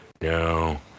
No